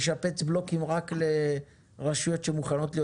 לשפץ בלוקים רק לרשויות שמוכנות להיות